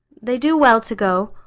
they do well to go.